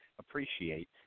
appreciate